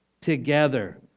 together